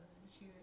kenapa